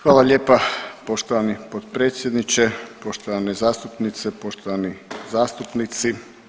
Hvala lijepa poštovani potpredsjedniče, poštovane zastupnice i poštovani zastupnici.